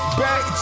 back